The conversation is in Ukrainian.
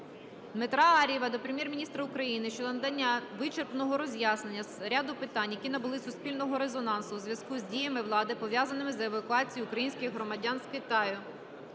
Володимира Ар'єва до Прем'єр-міністра України щодо надання вичерпного роз'яснення з ряду питань, які набули суспільного резонансу у зв'язку з діями влади, пов'язаними з евакуацією українських громадян з Китаю.